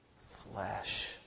flesh